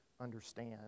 understand